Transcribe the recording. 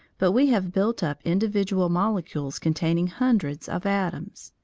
but we have built up individual molecules containing hundreds of atoms.